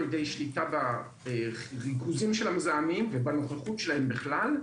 ידי שליטה בריכוזים של המזהמים ובנוכחות שלהם בכלל,